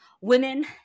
women